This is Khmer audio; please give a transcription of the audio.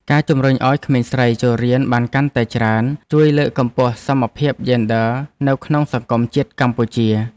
ការជំរុញឱ្យក្មេងស្រីចូលរៀនបានកាន់តែច្រើនជួយលើកកម្ពស់សមភាពយេនឌ័រនៅក្នុងសង្គមជាតិកម្ពុជា។